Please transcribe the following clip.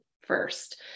first